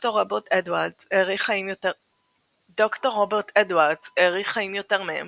79. ד"ר רוברט אדוארדס האריך חיים יותר מהם